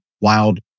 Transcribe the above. wild